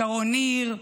שרון ניר,